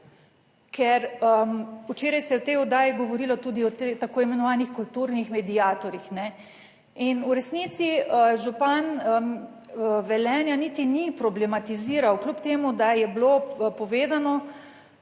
ker, včeraj se je v tej oddaji govorilo tudi o tako imenovanih kulturnih mediatorjih, ne, in v resnici župan Velenja niti ni problematiziral, kljub temu, da je bilo povedano,